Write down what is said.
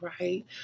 right